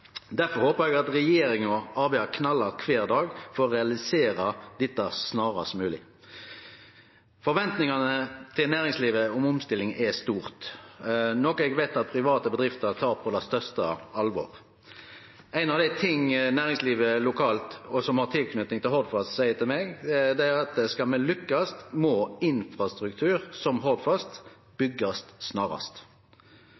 håpar eg at regjeringa arbeider knallhardt kvar dag for å realisere dette snarast mogleg. Forventningane til næringslivet om omstilling er store, noko eg veit at private bedrifter tek på det største alvor. Ein av dei tinga næringslivet lokalt som har tilknyting til Hordfast, seier til meg, er at skal me lykkast, må infrastruktur som